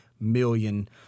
million